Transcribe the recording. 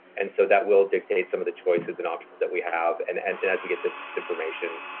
and so that will dictate some of the choices and options that we have, and and and as we get the information,